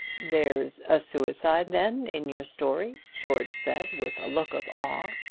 there's a suicide, then, in your story? george said, with a look of awe.